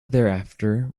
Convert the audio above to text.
thereafter